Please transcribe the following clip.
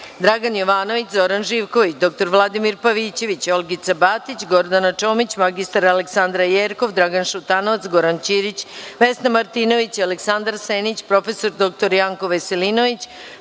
Dragan Jovanović, Zoran Živković, dr Vladimir Pavićević, Olgica Batić, Gordana Čomić, mr Aleksandra Jerkov, Dragan Šutanovac, Goran Ćirić, Vesna Martinović, Aleksandar Senić, prof. dr Janko Veselinović,